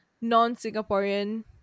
non-Singaporean